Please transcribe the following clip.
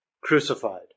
crucified